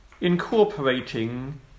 incorporating